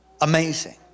amazing